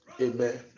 Amen